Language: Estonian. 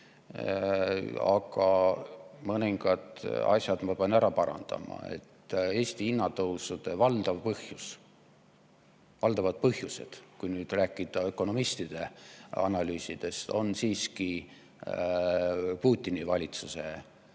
aga mõningad asjad ma pean ära parandama. Eesti hinnatõusude valdavad põhjused, kui nüüd rääkida ökonomistide analüüsidest, on siiski Putini valitsuse loodud: